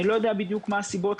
אני לא יודע בדיוק מה הסיבות.